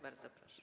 Bardzo proszę.